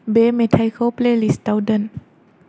बे मेथाइखौ प्लेलिस्टाव दोन